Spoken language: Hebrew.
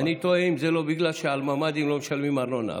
ואני תוהה אם זה לא בגלל שעל ממ"דים לא משלמים ארנונה,